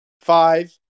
five